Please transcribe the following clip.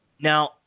Now